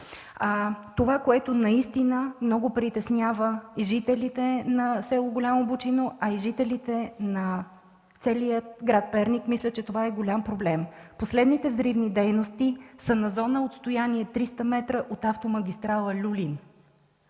Онова, което наистина много притеснява жителите на село Голямо Бучино, а и жителите на целия град Перник, мисля, че това е голям проблем – последните взривни дейности са на зона отстояние 300 м от автомагистрала „Люлин”.